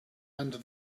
under